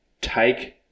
Take